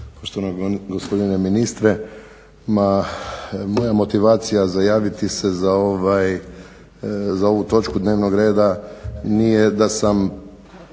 poštovani gospodine ministre. Ma moja motivacija za javiti se za ovu točku dnevnog reda nije da sam